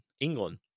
england